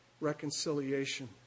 reconciliation